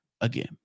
again